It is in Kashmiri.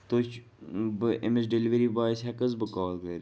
تُہۍ چھُ بہٕ أمِس ڈِیٚلِؤری بایس ہیٚکہٕ حظ بہٕ کال کٔرِتھ